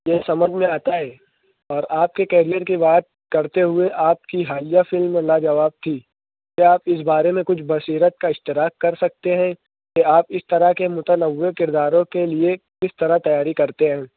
یہ سمجھ میں آتا ہے اور آپ کے کیریئر کی بات کرتے ہوئے آپ کی حالیہ فلم لاجواب تھی کیا آپ اِس بارے میں کچھ بصیرت کا اشتراک کر سکتے ہیں کہ آپ اِس طرح کے متنوع کرداروں کے لئے کس طرح تیاری کرتے ہیں